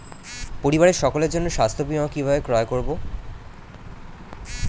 পরিবারের সকলের জন্য স্বাস্থ্য বীমা কিভাবে ক্রয় করব?